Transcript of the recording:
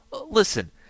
Listen